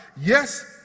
yes